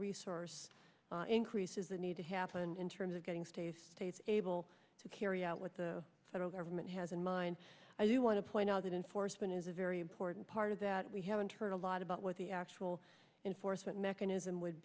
resource increase does the need to happen in terms of getting states states able to carry out what the federal government has in mind i do want to point out that enforcement is a very important part of that we haven't heard a lot about what the actual enforcement